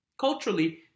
culturally